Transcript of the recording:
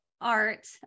art